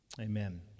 Amen